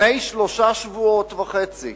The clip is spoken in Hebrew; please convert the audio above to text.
לפני שלושה שבועות וחצי,